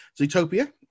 Zootopia